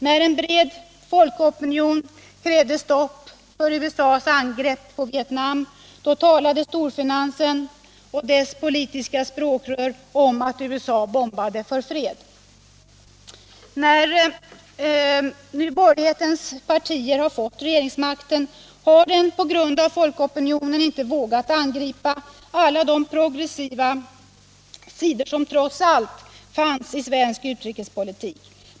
När en bred folkopinion krävde stopp för USA:s angrepp på Vietnam, då talade storfinansen och dess politiska språkrör om att USA bombade för fred. Nu när borgerlighetens partier fått regeringsmakten har den på grund av folkopinionen inte vågat att angripa alla de progressiva sidor som trots allt fanns i svensk utrikespolitik.